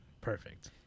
Perfect